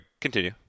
continue